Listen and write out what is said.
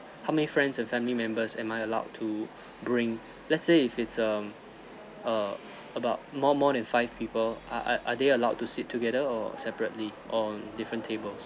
how many friends and family members am I allowed to bring let's say if it's um uh about more more than five people are are are they allowed to sit together or separately on different tables